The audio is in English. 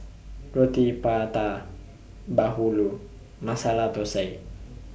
Roti Prata Bahulu Masala Thosai